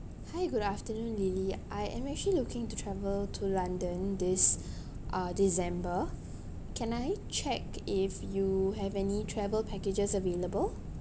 hi good afternoon lily I am actually looking to travel to london this uh december can I check if you have any travel packages available